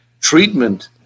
treatment